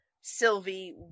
Sylvie